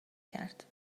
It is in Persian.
کرد